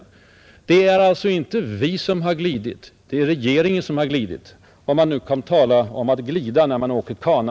Det är alltså inte vi som har glidit, utan det är regeringen som har glidit — om det nu kan kallas att glida, när man åker kana,